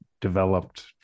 developed